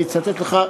אני אצטט לך.